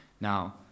Now